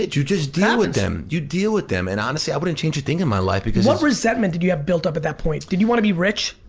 you just deal with them. you deal with them and honestly, i wouldn't change a thing in my life because what resentment did you have built up at that point? did you wanna be rich?